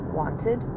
wanted